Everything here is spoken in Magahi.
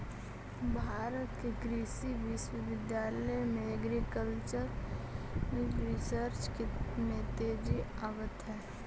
भारत के कृषि विश्वविद्यालय में एग्रीकल्चरल रिसर्च में तेजी आवित हइ